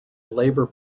labour